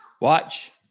Watch